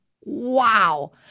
Wow